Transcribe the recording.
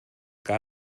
gar